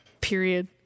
Period